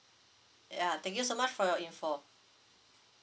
yeah thank you so much for your info